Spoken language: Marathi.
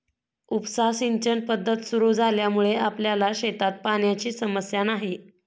उपसा सिंचन पद्धत सुरु झाल्यामुळे आपल्या शेतात पाण्याची समस्या नाही